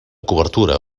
cobertura